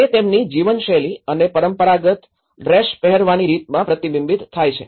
અને તે તેમની જીવનશૈલી અને પરંપરાગત ડ્રેસ પહેરવાની રીતમાં પ્રતિબિંબિત થાય છે